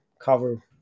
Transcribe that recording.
cover